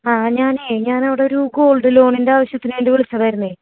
ആ ഞാനേ ഞാനവിടൊരു ഗോൾഡ് ലോണിൻ്റെ ആവശ്യത്തിനുവേണ്ടി വിളിച്ചതായിരുന്നേ